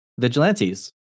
vigilantes